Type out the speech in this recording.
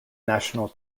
national